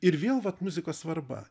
ir vėl vat muzikos svarba